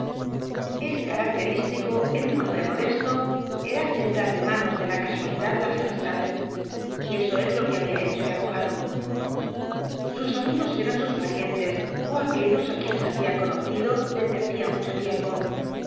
es característico en un hombre modesto el aceptar de manos de la casualidad las amistades y eso es lo que había hecho el abogado sus amigos eran sus parientes ó aquellos á quienes había conocido desde hacía mucho tiempo